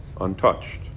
untouched